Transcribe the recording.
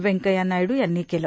व्यंकय्या नायड् यांनी केलं